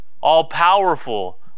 All-powerful